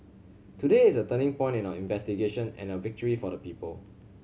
today is a turning point in our investigation and a victory for the people